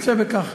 אם תרצה בכך,